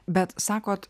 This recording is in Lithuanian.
bet sakot